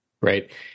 Right